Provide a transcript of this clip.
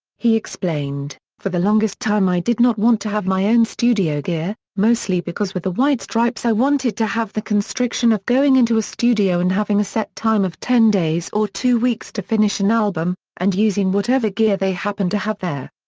he explained, for the longest time i did not want to have my own studio gear, mostly because with the white stripes i wanted to have the constriction of going into a studio and having a set time of ten days or two weeks to finish an album, and using whatever gear they happen to have there.